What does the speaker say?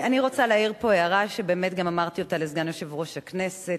אני רוצה להעיר פה הערה שבאמת גם אמרתי אותה לסגן יושב-ראש הכנסת,